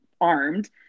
armed